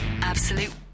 Absolute